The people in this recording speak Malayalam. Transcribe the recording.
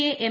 A M